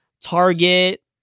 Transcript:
Target